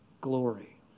glory